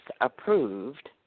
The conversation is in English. approved